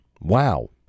wow